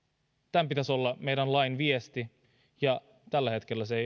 tämän pitäisi olla meidän lain viesti ja tällä hetkellä se